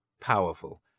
powerful